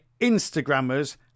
Instagrammers